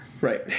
right